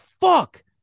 fuck